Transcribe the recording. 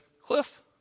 Cliff